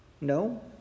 No